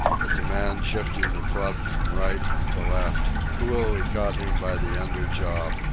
but the man, shifting the club from right to left, coolly caught him by the under jaw,